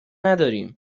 نداریم